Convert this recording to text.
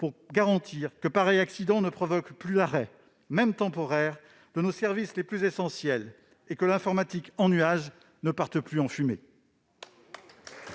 pour garantir que pareil accident ne provoque plus l'arrêt, même temporaire, de nos services les plus essentiels et que l'informatique en nuage ne parte plus en fumée